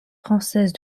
française